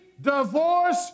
divorce